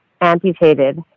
amputated